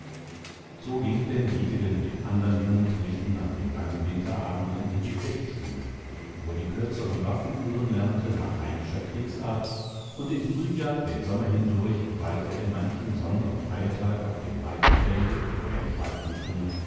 so ging denn dietegen mit andern jungen knechten an den langen winterabenden in die fechtschule wo er die kürzeren waffen führen lernte nach heimischer kriegsart und im frühjahr den sommer hindurch weilte er manchen sonn und feiertag auf dem weiten felde oder in